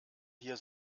hier